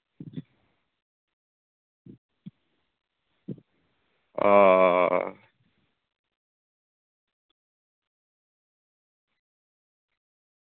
ᱚ